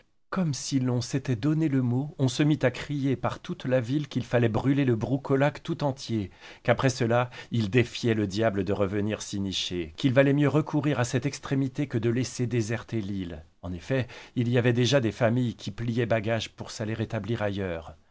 comme si l'on s'était donné le mot on se mit à crier par toute la ville qu'il fallait brûler le broucolaque tout entier qu'après cela ils défiaient le diable de revenir s'y nicher qu'il valait mieux recourir à cette extrémité que de laisser déserter l'île en effet il y avait déjà des familles qui pliaient bagage pour s'aller établir ailleurs